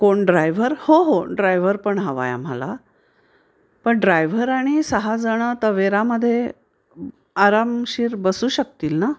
कोण ड्रायव्हर हो हो ड्रायव्हर पण हवा आहे आम्हाला पण ड्रायव्हर आणि सहाजणं तवेरामध्ये आरामशीर बसू शकतील ना